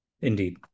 indeed